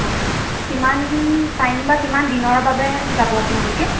অঁ কিমান টাইম বা কিমান দিনৰ বাবে যাব আপোনালোকে